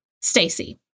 Stacy